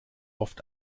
oft